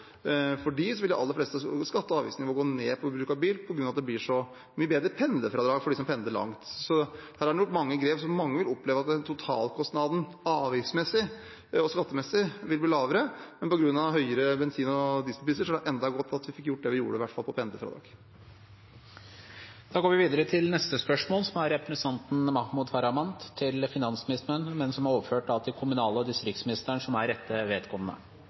for de aller fleste skatte- og avgiftsnivået gå ned ved bruk av bil, på grunn av at det blir så mye bedre pendlerfradrag for dem som pendler langt. Her har en gjort mange grep, så mange vil oppleve at totalkostnaden avgiftsmessig og skattemessig vil bli lavere. Men på grunn av høyere bensin- og dieselpriser var det enda godt at vi fikk gjort det vi gjorde, i hvert fall på pendlerfradrag. Dette spørsmålet, fra representanten Mahmoud Farahmand til finansministeren, er overført til kommunal- og distriktsministeren som